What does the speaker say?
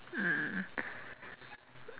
mm